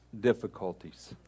difficulties